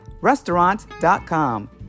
restaurant.com